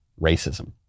racism